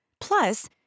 Plus